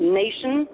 nation